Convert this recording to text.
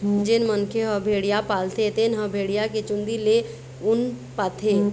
जेन मनखे ह भेड़िया पालथे तेन ह भेड़िया के चूंदी ले ऊन पाथे